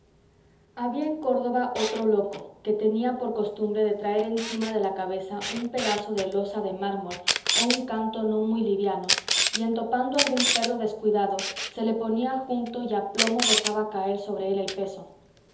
había en córdoba otro loco que tenía por costumbre de traer encima de la cabeza un pedazo de losa de mármol o un canto no muy liviano y en topando algún perro descuidado se le ponía junto y a plomo dejaba caer sobre él el peso